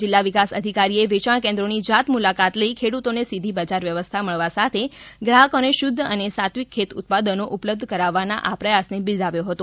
જિલ્લા વિકાસ અધિકારીએ વેયાણ કેન્દ્રોની જાત મુલાકાત લઈ ખેડૂતોને સીધી બજાર વ્યવસ્થા મળવા સાથે ગ્રાહકોને શુદ્ધ અને સાત્વિક ખેત ઉત્પાદનો ઉપલબ્ધ કરાવવાના આ પ્રયાસને બિરદાવ્યો હતો